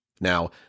Now